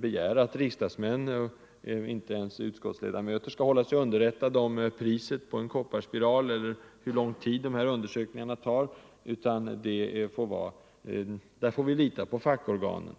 begära att riksdagsmännen — inte ens utskottsledamöter — skall hålla sig underrättade om priset på en kopparspiral eller om hur lång tid vissa undersökningar tar, utan där får vi lita på fackorganen.